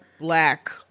black